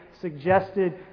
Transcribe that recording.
suggested